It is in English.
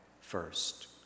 first